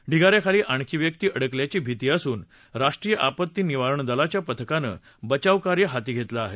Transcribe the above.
ढिगा याखाली आणखी व्यक्ती अडकल्याची भीती असून राष्ट्रीय आपत्ती निवारण दलाच्या पथकानं बचावकार्य हाती घेतलं आहे